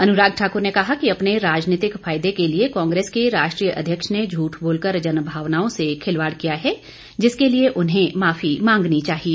अनुराग ठाक्र ने कहा कि अपने राजनीतिक फायदे के लिए कांग्रेस के राष्ट्रीय अध्यक्ष ने झूठ बोलकर जनभावनाओं से खिलवाड़ किया है जिसके लिए उन्हें माफी मांगनी चाहिए